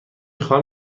خواهم